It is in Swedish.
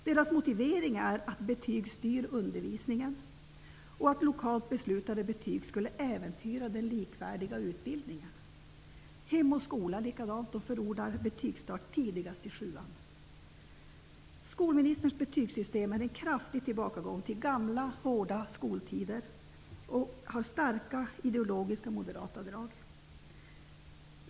Deras motivering är att betyg styr undervisningen och att lokalt beslutade betyg skulle äventyra den likvärdiga utbildningen. Också Hem och skola förordar betygsstart tidigast i sjuan. Skolministerns betygssystem är en kraftig tillbakagång till gamla hårda skoltider och har starka ideologiska moderata drag.